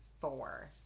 four